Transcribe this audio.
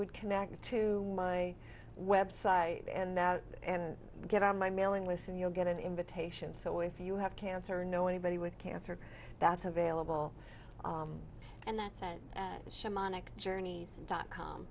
would connect me to my website and out and get on my mailing list and you'll get an invitation so if you have cancer know anybody with cancer that's available and that said monica journeys dot com